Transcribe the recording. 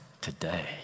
today